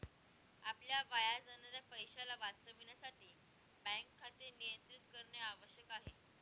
आपल्या वाया जाणाऱ्या पैशाला वाचविण्यासाठी बँक खाते नियंत्रित करणे आवश्यक आहे